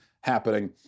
happening